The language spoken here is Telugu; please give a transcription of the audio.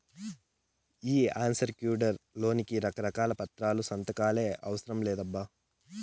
ఈ అన్సెక్యూర్డ్ లోన్ కి రకారకాల పత్రాలు, సంతకాలే అవసరం లేదప్పా